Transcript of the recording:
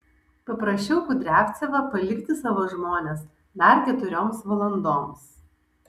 paprašiau kudriavcevą palikti savo žmones dar keturioms valandoms